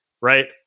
right